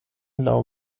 laŭ